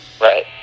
right